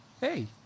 hey